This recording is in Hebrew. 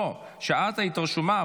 את היית רשומה,